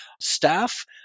staff